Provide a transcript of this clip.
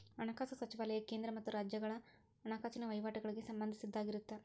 ಹಣಕಾಸು ಸಚಿವಾಲಯ ಕೇಂದ್ರ ಮತ್ತ ರಾಜ್ಯಗಳ ಹಣಕಾಸಿನ ವಹಿವಾಟಗಳಿಗೆ ಸಂಬಂಧಿಸಿದ್ದಾಗಿರತ್ತ